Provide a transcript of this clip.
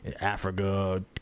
Africa